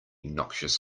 noxious